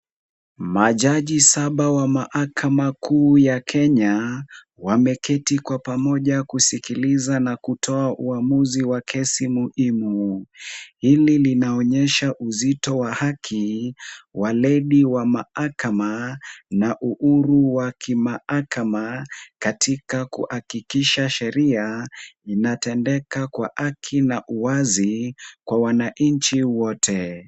Majaji saba wa mahakama kuu ya Kenya wameketi kwa pamoja kusikiliza na kutoa uamuzi wa kesi muhimu. Hili linaonyesha uzito wa haki, waledi wa mahakama na uhuru wa kimahakama katika kuhakikisha sheria inatendeka kwa haki na uwazi kwa wananchi wote.